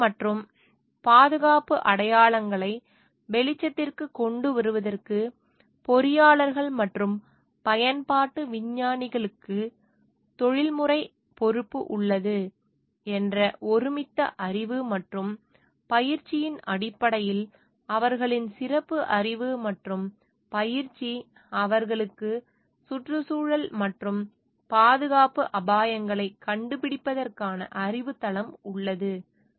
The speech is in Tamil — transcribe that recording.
சுற்றுச்சூழல் மற்றும் பாதுகாப்பு அபாயங்களை வெளிச்சத்திற்குக் கொண்டுவருவதற்கு பொறியாளர்கள் மற்றும் பயன்பாட்டு விஞ்ஞானிகளுக்கு தொழில்முறை பொறுப்பு உள்ளது என்ற ஒருமித்த அறிவு மற்றும் பயிற்சியின் அடிப்படையில் அவர்களின் சிறப்பு அறிவு மற்றும் பயிற்சி அவர்களுக்கு சுற்று சூழல் மற்றும் பாதுகாப்பு அபாயங்களை கண்டுபிடிப்பதற்கான அறிவுத் தளம் உள்ளது